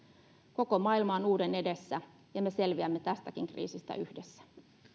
koko maailma on uuden edessä ja me selviämme tästäkin kriisistä yhdessä